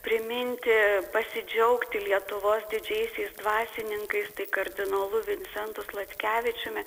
priminti pasidžiaugti lietuvos didžiaisiais dvasininkais tai kardinolu vincentu sladkevičiumi